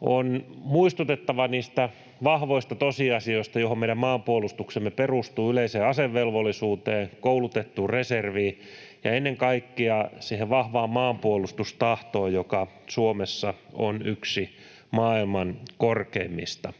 On muistutettava niistä vahvoista tosiasioista, joihin meidän maanpuolustuksemme perustuu: yleiseen asevelvollisuuteen, koulutettuun reserviin ja ennen kaikkea siihen vahvaan maanpuolustustahtoon, joka Suomessa on yksi maailman korkeimmista.